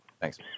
Thanks